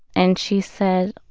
and she said,